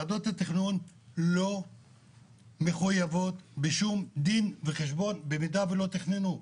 ועדות התכנון לא מחויבות בשום דין וחשבון במידה ולא תכננו.